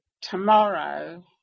tomorrow